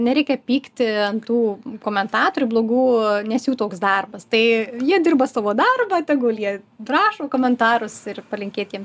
nereikia pykti ant tų komentatorių blogų nes jų toks darbas tai jie dirba savo darbą tegul jie rašo komentarus ir palinkėt jiem